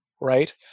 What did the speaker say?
Right